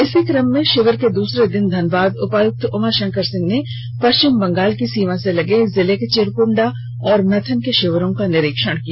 इसी क्रम में शिविर के दूसरे दिन धनबाद उपायुक्त उमाशंकर सिंह ने पश्चिम बंगाल की सीमा से सटे जिले के चिरकुंडा और मैथन के शिविरों का निरीक्षण किया